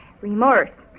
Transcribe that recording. Remorse